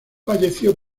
falleció